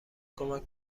کمک